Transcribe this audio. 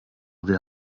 wir